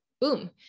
Boom